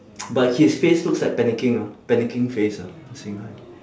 but his face looks like panicking ah panicking face ah